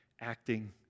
acting